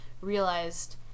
realized